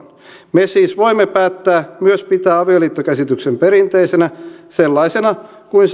me siis voimme myös päättää pitää avioliittokäsityksen perinteisenä sellaisena kuin